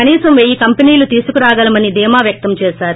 కనీసం వెయ్య కంపినీలు తీసుకు రాగలమని ధీమా వ్యక్తం చేశారు